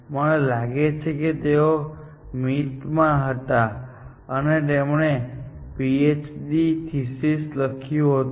મને લાગે છે કે તેઓ MIT માં હતો અને તેમણે પીએચડી થીસિસ લખ્યું હતું